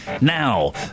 Now